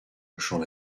hochant